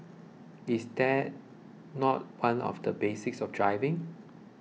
is that not one of the basics of driving